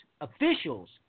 officials